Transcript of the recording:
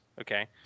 okay